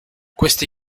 questi